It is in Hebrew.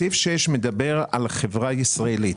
סעיף (6) מדבר על חברה ישראלית.